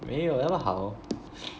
没有那么好